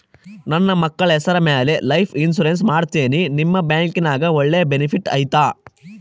ನನ್ನ ಮಕ್ಕಳ ಹೆಸರ ಮ್ಯಾಲೆ ಲೈಫ್ ಇನ್ಸೂರೆನ್ಸ್ ಮಾಡತೇನಿ ನಿಮ್ಮ ಬ್ಯಾಂಕಿನ್ಯಾಗ ಒಳ್ಳೆ ಬೆನಿಫಿಟ್ ಐತಾ?